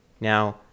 Now